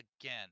again